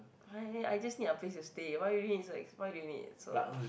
I I just need a place to stay one unit is so ex why do you need so